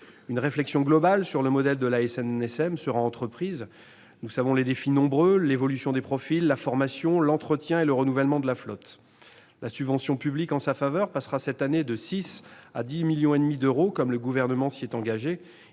Une réflexion globale sur le modèle de la SNSM sera entreprise. Les défis sont nombreux : l'évolution des profils, la formation, l'entretien et le renouvellement de la flotte. La subvention publique en faveur de la SNSM passera cette année de 6 millions à 10,5 millions d'euros, comme le Gouvernement s'y est engagé.